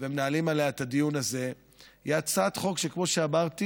ומנהלים עליה את הדיון הזה היא הצעת חוק שכמו שאמרתי